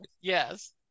Yes